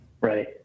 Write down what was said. Right